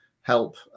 help